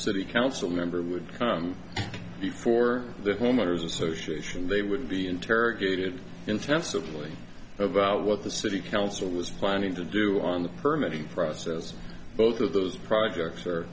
city council member would be for the homeowners association they would be interrogated intensively about what the city council was planning to do on the permit process both of those projects